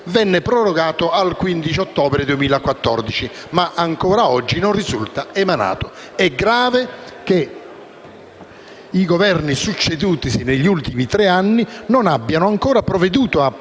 venne prorogato al 15 ottobre 2014, ma ancora oggi non risulta emanato. È grave che i Governi succedutisi negli ultimi tre anni non abbiano ancora provveduto a